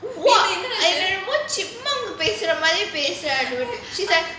!wah! I பேசுற மாதிரி பேசுறா:pesura maathiri pesura she's like